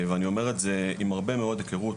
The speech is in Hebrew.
ואני אומר את זה עם הרבה מאוד היכרות